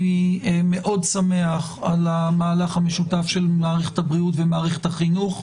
אני מאוד שמח על המהלך המשותף של מערכת הבריאות ומערכת החינוך.